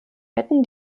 wetten